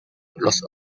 los